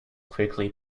quickly